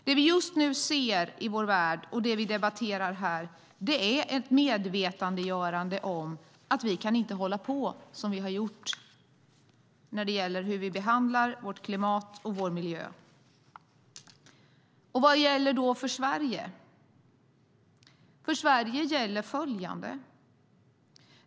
Det vi just nu ser i vår värld och det vi debatterar här är ett medvetandegörande om att vi inte kan hålla på som vi har gjort när det gäller hur vi behandlar vårt klimat och vår miljö. Vad gäller då för Sverige? För Sverige gäller följande.